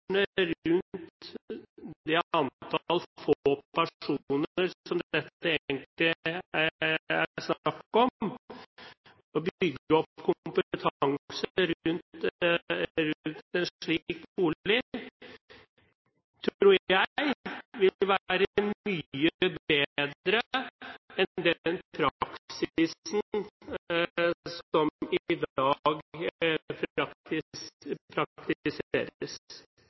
rundt et lite antall personer, som det her egentlig er snakk om, det å bygge opp kompetanse rundt en slik bolig, tror jeg vil være mye bedre enn det som praktiseres i dag.